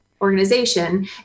organization